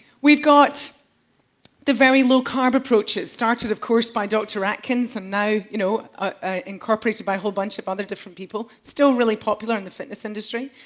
we've got the very low-carb approaches, started of course by doctor atkinson, now you know ah incorporated by a whole bunch of other different people, still really popular in the fitness industry.